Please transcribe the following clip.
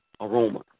aroma